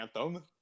anthem